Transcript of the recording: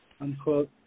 unquote